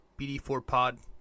BD4Pod